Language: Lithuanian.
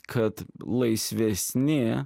kad laisvesni